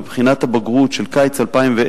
בבחינת הבגרות של קיץ 2010,